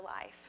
life